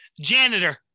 Janitor